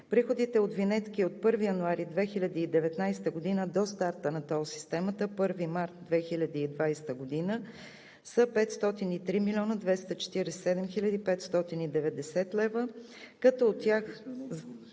Приходите от винетки от 1 януари 2019 г. до старта на тол системата – 1 март 2020 г., са 503 млн. 247 хил. 590 лв.,